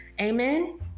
Amen